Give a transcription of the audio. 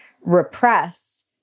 repress